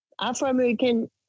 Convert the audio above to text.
Afro-American